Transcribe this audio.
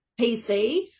PC